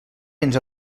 fins